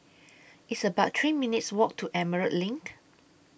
It's about three minutes' Walk to Emerald LINK